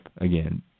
again